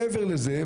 מעבר לזה,